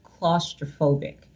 claustrophobic